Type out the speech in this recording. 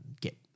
get